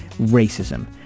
racism